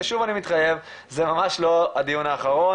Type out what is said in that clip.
ושוב אני מתחייב שזה ממש לא הדיון האחרון.